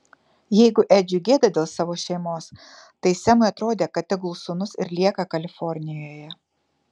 jeigu edžiui gėda dėl savo šeimos tai semui atrodė kad tegul sūnus ir lieka kalifornijoje